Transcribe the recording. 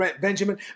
Benjamin